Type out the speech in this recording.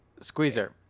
Squeezer